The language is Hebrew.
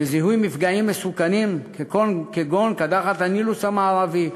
בזיהוי מפגעים מסוכנים כגון קדחת הנילוס המערבי,